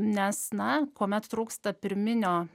nes na kuomet trūksta pirminio